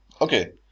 okay